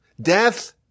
death